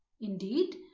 indeed